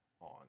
on